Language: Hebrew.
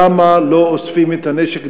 למה לא אוספים את הנשק?